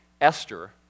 Esther